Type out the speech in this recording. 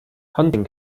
hunting